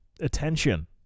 attention